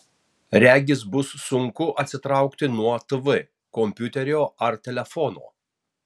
regis bus sunku atsitraukti nuo tv kompiuterio ar telefono